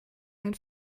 einen